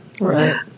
Right